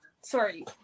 Sorry